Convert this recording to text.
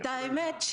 האמת,